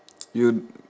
you